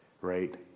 right